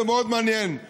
זה מאוד מעניין,